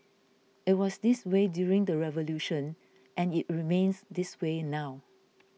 it was this way during the revolution and it remains this way now